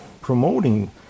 promoting